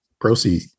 proceed